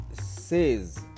says